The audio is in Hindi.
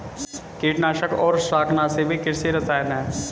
कीटनाशक और शाकनाशी भी कृषि रसायन हैं